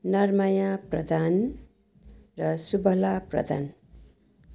नरमाया प्रधान र सुबला प्रधान